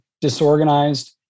disorganized